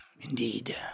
Indeed